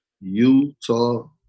Utah –